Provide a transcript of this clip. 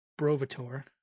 Brovator